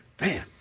Man